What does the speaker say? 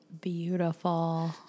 beautiful